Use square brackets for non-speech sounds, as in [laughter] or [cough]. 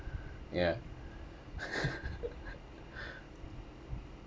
yeah [laughs]